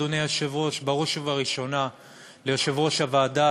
אדוני היושב-ראש: בראש ובראשונה ליושב-ראש הוועדה,